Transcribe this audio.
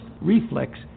reflex